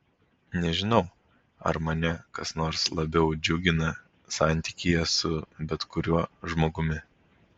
nežinau ar mane kas nors labiau džiugina santykyje su bet kuriuo žmogumi